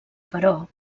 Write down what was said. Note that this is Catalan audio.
però